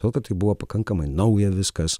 todėl kad tai buvo pakankamai nauja viskas